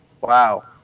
Wow